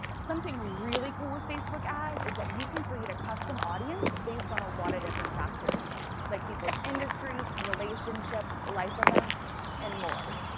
something really cool with facebook ads is that you can create a custom audience based on a lot of different factors like people's industries relationships, life events, and more.